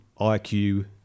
IQ